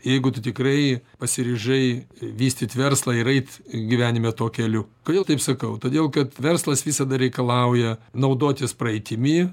jeigu tu tikrai pasiryžai vystyt verslą ir eit gyvenime tuo keliu kodėl taip sakau todėl kad verslas visada reikalauja naudotis praeitimi